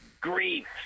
grief